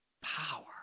Power